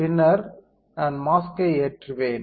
பின்னர் நான் மாஸ்க்யை ஏற்றுவேன்